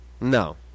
No